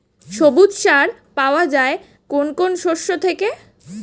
সবুজ সার পাওয়া যায় কোন কোন শস্য থেকে?